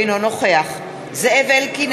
אינו נוכח זאב אלקין,